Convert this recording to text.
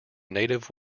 native